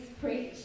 preach